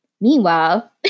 Meanwhile